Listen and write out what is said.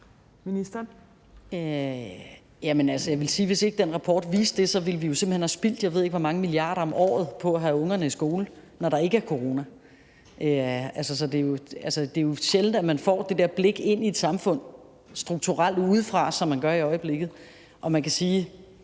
Jamen, altså, jeg vil sige, at hvis ikke den rapport viste det, ville vi jo simpelt hen have spildt, jeg ved ikke hvor mange milliarder om året på at have ungerne i skole, når der ikke er corona. Altså, det er sjældent, at man får det der blik ind i et samfund strukturelt udefra, som man gør i øjeblikket. Og man kan sige,